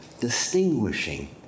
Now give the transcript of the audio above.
distinguishing